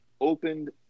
opened